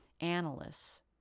analysts